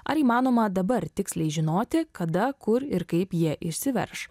ar įmanoma dabar tiksliai žinoti kada kur ir kaip jie išsiverš